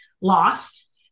lost